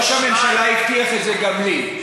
ראש הממשלה הבטיח את זה גם לי.